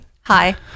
hi